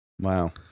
Wow